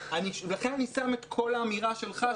לכן אני שם את כל האמירה שלך,